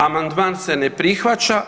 Amandman se ne prihvaća.